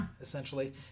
essentially